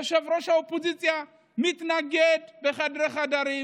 יושב-ראש האופוזיציה מתנגד בחדרי-חדרים,